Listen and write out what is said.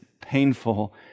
painful